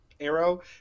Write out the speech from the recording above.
arrow